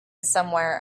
somewhere